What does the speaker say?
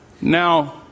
now